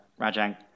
Rajang